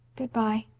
good-bye,